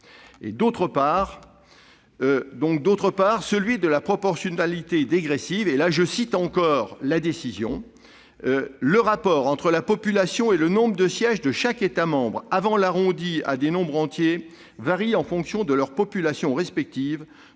d'autre part, le principe de la proportionnalité dégressive :« Le rapport entre la population et le nombre de sièges de chaque État membre avant l'arrondi à des nombres entiers varie en fonction de leurs populations respectives,